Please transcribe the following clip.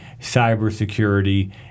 cybersecurity